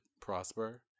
prosper